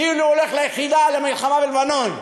כאילו הוא ביחידה שהולכת למלחמה בלבנון.